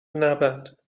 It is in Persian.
نبند